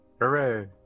hooray